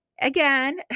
Again